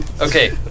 okay